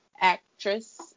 actress